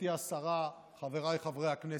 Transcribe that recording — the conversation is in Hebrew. גברתי השרה, חבריי חברי הכנסת,